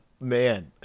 man